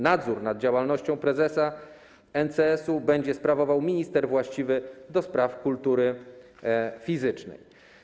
Nadzór nad działalnością prezesa NCS-u będzie sprawował minister właściwy do spraw kultury fizycznej.